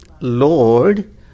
Lord